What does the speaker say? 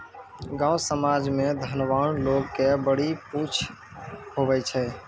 गाँव समाज मे धनवान लोग के बड़ी पुछ हुवै छै